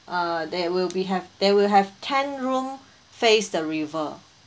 uh there will be have there will have ten room face the river